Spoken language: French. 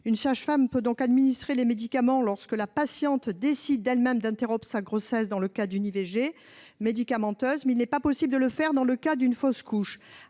Une sage-femme peut donc administrer les médicaments appropriés lorsque la patiente décide elle-même d'interrompre sa grossesse, dans le cas d'une IVG médicamenteuse, mais il n'est pas possible de le faire lorsqu'il s'agit d'une fausse couche,